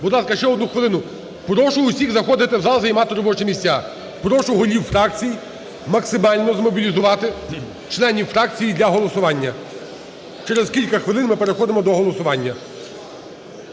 Будь ласка, ще одну хвилину. Прошу всіх заходити в зал займати робочі місця. Прошу голів фракцій максимально змобілізувати членів фракцій для голосування, через кілька хвилин ми переходимо до голосування.